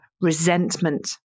resentment